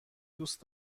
دوست